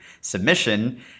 submission